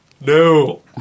No